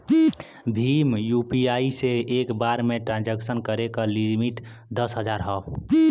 Bhim UPI से एक बार में ट्रांसक्शन करे क लिमिट दस हजार हौ